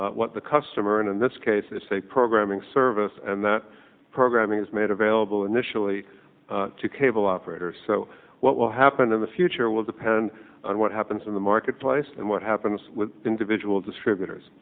upon what the customer in this case is say programming service and programming is made available initially to cable operators so what will happen in the future will depend on what happens in the marketplace and what happens with individual distributors